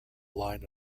line